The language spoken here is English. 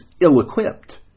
ill-equipped